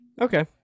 Okay